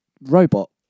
robot